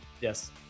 Yes